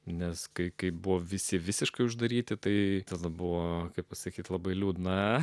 nes kai kaip buvo visi visiškai uždaryti tai tada buvo kaip pasakyti labai liūdna